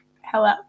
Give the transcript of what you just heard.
Hello